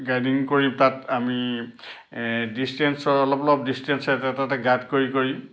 garden কৰিম তাত আমি ডিছটেঞ্চৰ অলপ অলপ ডিছটেঞ্চ এটা এটা এটা গাঁত কৰি কৰি